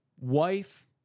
wife